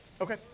Okay